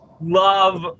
love